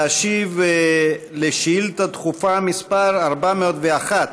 להשיב על שאילתה דחופה מס' 401,